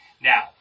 Now